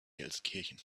gelsenkirchen